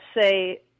say